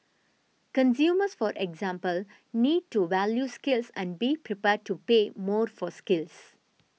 consumers for example need to value skills and be prepared to pay more for skills